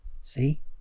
See